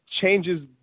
changes